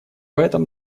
этом